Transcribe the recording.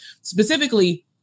specifically